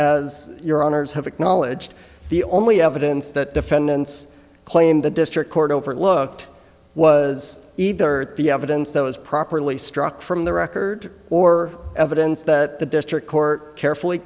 as your honour's have acknowledged the only evidence that defendants claim the district court overlooked was either the evidence that was properly struck from the record or evidence that the district court carefully